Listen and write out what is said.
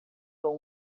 sou